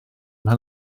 pan